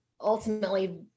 ultimately